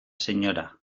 sra